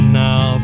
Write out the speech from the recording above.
now